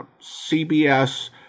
CBS